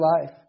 life